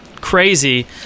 crazy